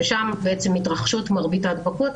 ושם מתרחשות מרבית ההדבקות,